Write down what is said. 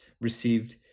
received